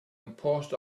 imposed